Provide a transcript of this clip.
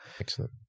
Excellent